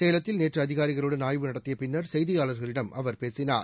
சேலத்தில் நேற்று அதிகாரிகளுடன் ஆய்வு நடத்திய பின்னர் செய்தியாளர்களிடம் அவர் பேசினார்